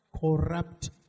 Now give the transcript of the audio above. Corrupt